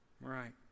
Right